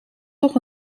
toch